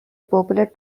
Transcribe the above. popular